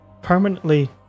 permanently